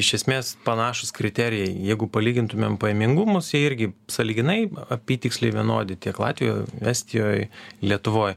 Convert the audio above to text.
iš esmės panašūs kriterijai jeigu palygintumėm pajamingumus jie irgi sąlyginai apytiksliai vienodi tiek latvijoj estijoj lietuvoj